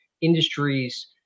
industries